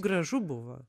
gražu buvo